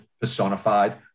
personified